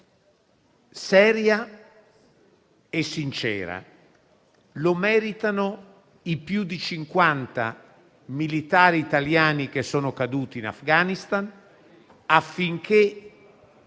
serena e sincera. Lo meritano i più di 50 militari italiani caduti in Afghanistan affinché